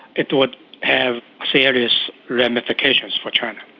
it would have serious ramifications for china.